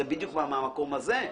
זה בדיוק בא מהמקום הזה.